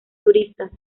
turistas